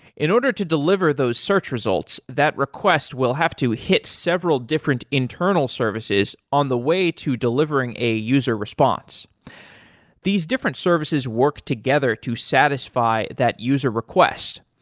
in order to deliver those search results, that request will have to hit several different internal services on the way to delivering a user response these different services work together to satisfy that user request.